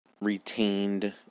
retained